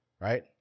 right